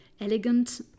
elegant